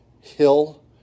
Hill